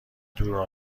دور